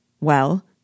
Well